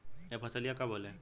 यह फसलिया कब होले?